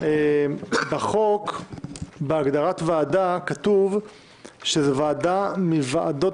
בחוק בהגדרת ועדה כתוב שזאת ועדה מוועדות